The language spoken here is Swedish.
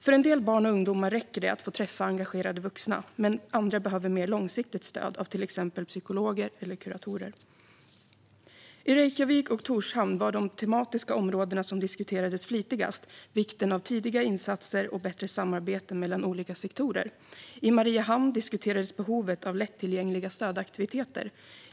För en del barn och ungdomar räcker det att få träffa engagerade vuxna, men andra behöver mer långsiktigt stöd från till exempel psykologer eller kuratorer. I Reykjavik och Tórshavn var de tematiska områden som diskuterades flitigast vikten av tidiga insatser och bättre samarbete mellan olika sektorer. I Mariehamn diskuterades behovet av lättillgängliga stödaktiviteter.